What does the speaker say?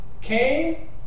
Cain